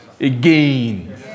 Again